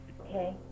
Okay